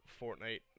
Fortnite